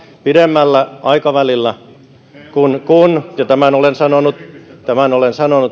pidemmällä aikavälillä ja tämän olen sanonut